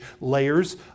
layers